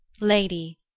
lady